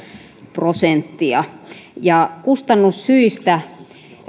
prosenttia ja kustannussyistä